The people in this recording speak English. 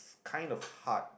kind of hard